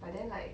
but then like